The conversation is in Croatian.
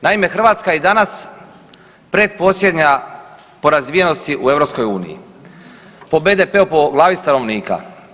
Naime, Hrvatska je i danas pretposljednja po razvijenosti u EU, po BDP-u po glavi stanovnika.